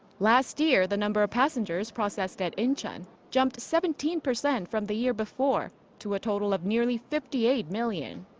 last year, the number of passengers processed at incheon jumped seventeen percent from the year before to a total of nearly fifty eight million.